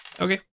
Okay